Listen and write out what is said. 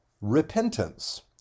Repentance